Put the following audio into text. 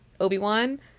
Obi-Wan